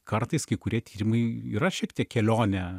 kartais kai kurie tyrimai yra šiek tiek kelionė